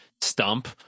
stump